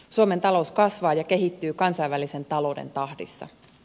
suomen talous kasvaa ja kehittyy kansainvälisen talouden tahdissa